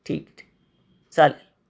ठीक ठीक चालेल